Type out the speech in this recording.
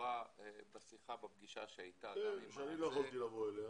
התחבורה בפגישה שהייתה לנו אמרה --- אני לא יכולתי לבוא אליה,